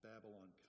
Babylon